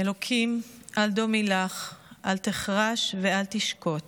"אלקים אַל דֳמי לך, אל תֶחרש ואל תשקֹט,